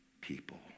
people